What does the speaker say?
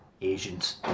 Asians